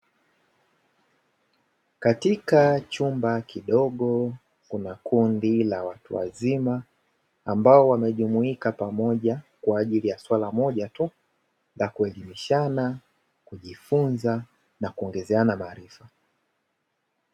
Katika chumba kidogo kuna kundi la watu wazima ambao wamejumuika pamoja kwaajili ya suala moja tu la kuelimishana, kujifunza na kuongezeana maarifa.